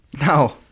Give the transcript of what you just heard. No